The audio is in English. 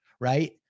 right